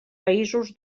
països